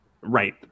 right